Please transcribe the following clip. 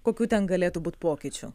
kokių ten galėtų būt pokyčių